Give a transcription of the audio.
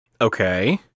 Okay